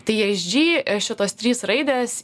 tai esg šitos trys raidės